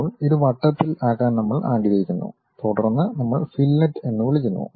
ഇപ്പോൾ ഇത് വട്ടത്തിൽ ആക്കാൻ നമ്മൾ ആഗ്രഹിക്കുന്നു തുടർന്ന് നമ്മൾ ഫില്ലറ്റ് എന്ന് വിളിക്കുന്നു